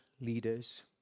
leaders